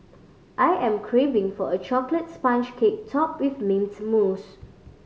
I am craving for a chocolate sponge cake topped with mint mousse